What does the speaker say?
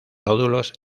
nódulos